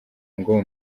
ngo